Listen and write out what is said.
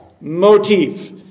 Motif